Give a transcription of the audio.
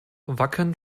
wacken